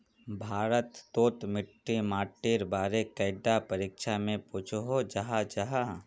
भारत तोत मिट्टी माटिर बारे कैडा परीक्षा में पुछोहो जाहा जाहा?